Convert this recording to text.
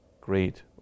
great